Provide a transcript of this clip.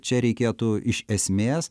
čia reikėtų iš esmės